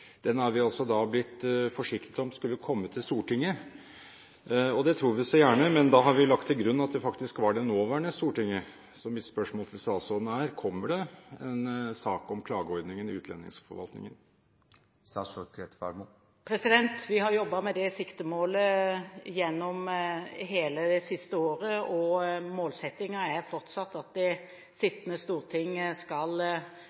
Den er vi blitt forsikret om skulle komme til Stortinget, og det tror vi så gjerne, men da har vi lagt til grunn at det faktisk var det nåværende stortinget. Mitt spørsmål til statsråden er: Kommer det en sak om klageordningen i utlendingsforvaltningen? Vi har jobbet med det siktemålet gjennom hele det siste året, og målsettingen er fortsatt at det sittende storting skal